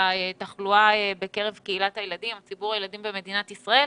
התחלואה בקרב קהילת הילדים או ציבור הילדים במדינת ישראל.